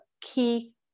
key